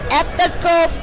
ethical